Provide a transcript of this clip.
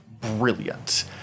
brilliant